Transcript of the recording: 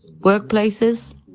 workplaces